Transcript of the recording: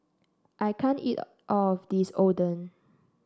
I can't eat all of this Oden